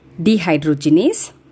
dehydrogenase